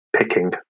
picking